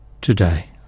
today